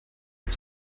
auf